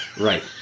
Right